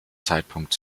zeitpunkt